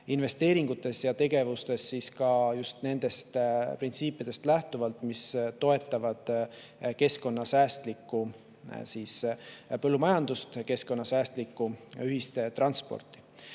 investeeringutes ja tegevustes just nendest printsiipidest, mis toetavad keskkonnasäästlikku põllumajandust, keskkonnasäästlikku ühistransporti.